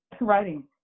writing